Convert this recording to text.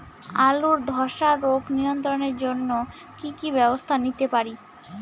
আলুর ধ্বসা রোগ নিয়ন্ত্রণের জন্য কি কি ব্যবস্থা নিতে পারি?